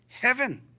heaven